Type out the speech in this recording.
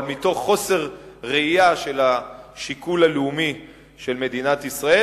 אבל מתוך חוסר ראייה של השיקול הלאומי של מדינת ישראל.